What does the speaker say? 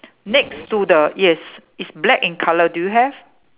next to the yes it's black in colour do you have